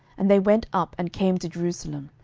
and they went up and came to jerusalem.